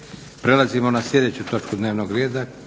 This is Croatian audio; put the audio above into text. Prelazimo na sljedeću točku dnevnog reda.